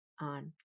on